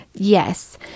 Yes